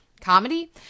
comedy